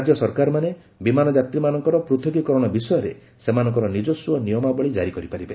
ରାଜ୍ୟ ସରକାରମାନେ ବିମାନ ଯାତ୍ରୀମାନଙ୍କର ପୃଥକୀକରଣ ବିଷୟରେ ସେମାନଙ୍କର ନିଜସ୍ୱ ନିୟମାବଳୀ ଜାରି କରିପାରିବେ